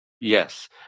Yes